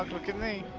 um look at me.